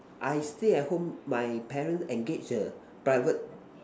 I stay at home my parents engage a private